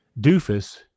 doofus